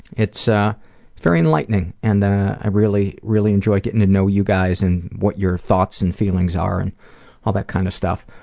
it's ah very enlightening and i really, really enjoy getting to know you guys and what your thoughts and feelings are, and all that kind of stuff.